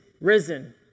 risen